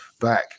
back